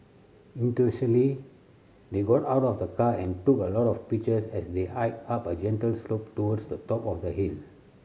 they got out of the car and took a lot of pictures as they hiked up a gentle slope towards the top of the hill